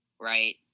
Right